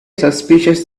suspicious